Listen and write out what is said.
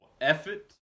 effort